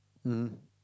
mmhmm